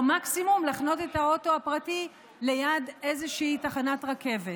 או מקסימום להחנות את האוטו הפרטי ליד איזושהי תחנת רכבת.